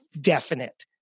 definite